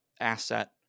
asset